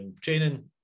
training